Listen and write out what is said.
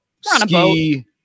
ski